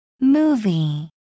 Movie